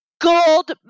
gold